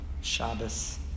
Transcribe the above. Shabbos